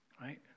right